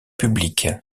publique